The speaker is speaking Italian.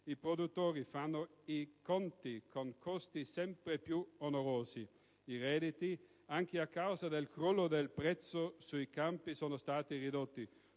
I produttori fanno i conti con costi sempre più onerosi. I redditi, anche a causa del crollo dei prezzi sui campi, sono stati ridotti: